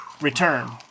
return